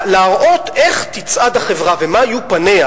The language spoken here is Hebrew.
להראות איך תצעד החברה ומה יהיו פניה